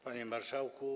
Panie Marszałku!